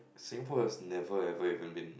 Singapore has never ever even been